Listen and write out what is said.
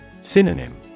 Synonym